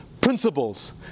principles